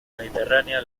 mediterránea